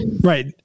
Right